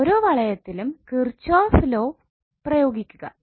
ഓരോ വളയത്തിലും Kirchhoff law Kirchhoffs law പ്രയോഗിക്കുക